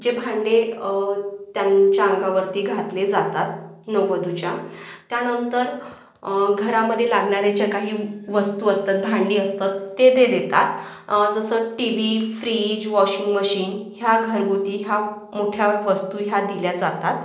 जे भांडे त्यांच्या अंगावरती घातले जातात नववधूच्या त्यानंतर घरामध्ये लागणाऱ्या ज्या काही वस्तू असतात भांडी असतात ते ते देतात जसं TV fridge washing machine ह्या घरगुती ह्या मोठ्या वस्तू ह्या दिल्या जातात